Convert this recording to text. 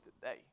today